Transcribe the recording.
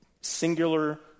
singular